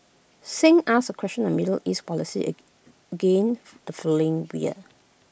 Singh asked A question on middle east policies again the following year